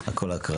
על כל ההקראה.